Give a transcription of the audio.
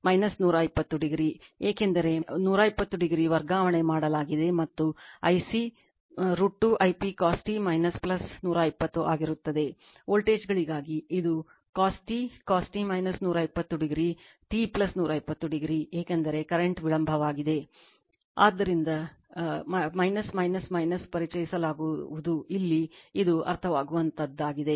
ಆದ್ದರಿಂದ I p √ 2 I p cos t ಕೋನ ಆದ್ದರಿಂದ ಪರಿಚಯಿಸಲಾಗುವುದು ಇಲ್ಲಿ ಇದು ಅರ್ಥವಾಗುವಂತಹದ್ದಾಗಿದೆ